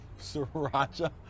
Sriracha